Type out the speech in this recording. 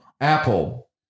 Apple